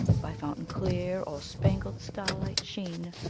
by fountain clear, or spangled starlight sheen,